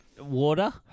Water